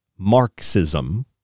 Marxism